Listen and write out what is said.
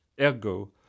ergo